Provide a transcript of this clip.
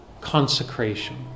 consecration